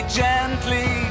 gently